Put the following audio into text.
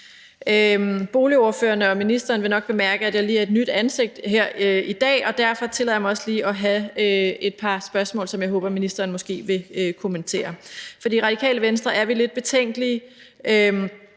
Boligordførerne og ministeren vil nok bemærke, at jeg lige er et nyt ansigt her i dag, og derfor tillader jeg mig også lige at have et par spørgsmål, som jeg håber ministeren måske vil kommentere. For i Radikale Venstre er vi lidt betænkelige